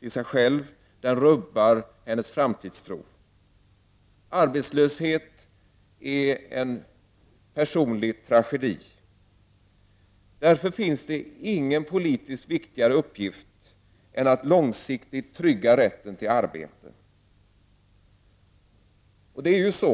till sig själv och rubbar hennes framtidstro. Arbetslöshet är en personlig tragedi. Därför finns det ingen viktigare politisk uppgift än att långsiktigt trygga rätten till arbete.